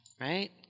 Right